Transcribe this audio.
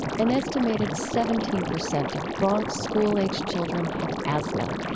an estimated seventeen percent of bronx school-age children have asthma,